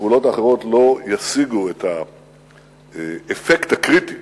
הפעולות האחרות לא ישיגו את האפקט הקריטי